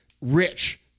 rich